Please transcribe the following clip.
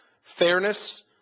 fairness